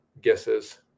guesses